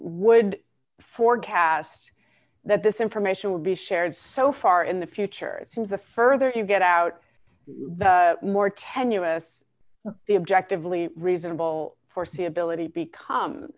would forecast that this information would be shared so far in the future the further you get out more tenuous the objectively reasonable foreseeability become